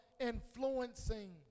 influencing